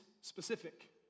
specific